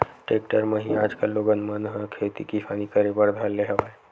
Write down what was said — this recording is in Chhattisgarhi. टेक्टर म ही आजकल लोगन मन ह खेती किसानी करे बर धर ले हवय